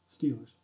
Steelers